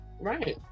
Right